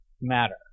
matter